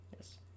Yes